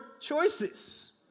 choices